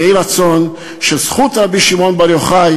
יהי רצון שבזכות רבי שמעון בר יוחאי